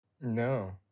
No